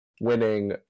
winning